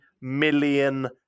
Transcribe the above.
million